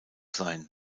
sein